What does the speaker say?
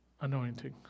anointing